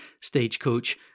Stagecoach